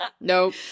nope